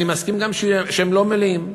אני מסכים גם שהם לא מלאים,